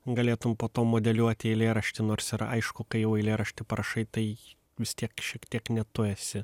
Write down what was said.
galėtum po to modeliuoti eilėraštį nors ir aišku kai jau eilėraštį parašai tai vis tiek šiek tiek ne tu esi